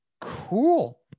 cool